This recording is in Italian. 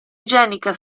igienica